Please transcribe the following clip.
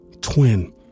twin